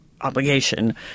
obligation